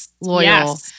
loyal